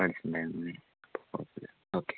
പഠിച്ചിട്ടുണ്ടായിരുന്നല്ലേ അപ്പോൾ കുഴപ്പമില്ല ഓക്കേ